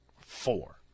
Four